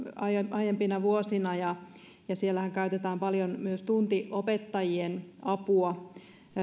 aiempina vuosina siellähän käytetään paljon myös tuntiopettajien apua